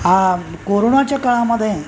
हा कोरोनाच्या काळामध्ये